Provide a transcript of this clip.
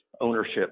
ownership